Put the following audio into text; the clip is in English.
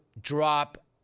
drop